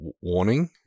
warning